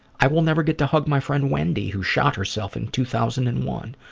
i will never get to hug my friend wendy who shot herself in two thousand and one.